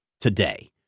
today